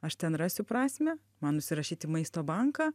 aš ten rasiu prasmę man užsirašyt į maisto banką